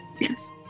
Yes